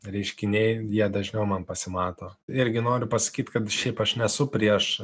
reiškiniai jie dažniau man pasimato irgi noriu pasakyt kad šiaip aš nesu prieš